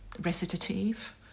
recitative